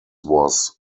was